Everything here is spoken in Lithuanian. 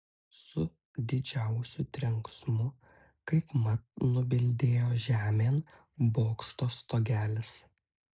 su didžiausiu trenksmu kaip mat nubildėjo žemėn bokšto stogelis